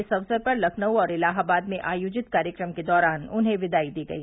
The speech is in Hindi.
इस अवसर पर लखनऊ और इलाहाबाद में आयोजित कार्यक्रम के दौरान उन्हें विदाई दी गई